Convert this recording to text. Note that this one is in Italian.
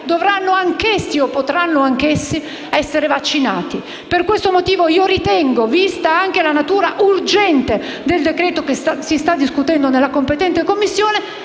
e secondaria potranno anch'essi essere vaccinati. Per questo motivo e vista la natura urgente del decreto che si sta discutendo nella competente Commissione,